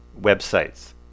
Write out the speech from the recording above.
websites